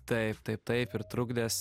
taip taip taip ir trukdęs